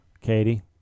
Katie